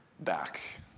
back